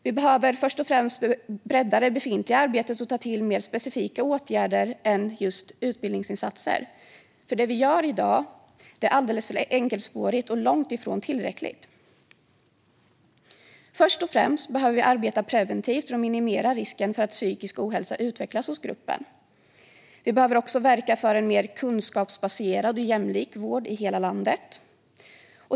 Vi behöver bredda det befintliga arbetet och ta till mer specifika åtgärder än just utbildningsinsatser, för det vi gör i dag är alldeles för enkelspårigt och långt ifrån tillräckligt. Först och främst behöver vi arbeta preventivt för att minimera risken för att psykisk ohälsa utvecklas hos gruppen. Vi behöver också verka för en mer kunskapsbaserad och jämlik vård i hela landet.